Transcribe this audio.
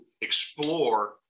explore